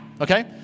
okay